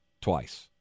twice